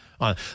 on